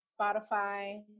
Spotify